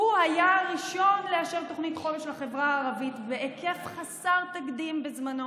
הוא היה הראשון שאישר תכנית חומש לחברה הערבית בהיקף חסר תקדים בזמנו,